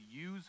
use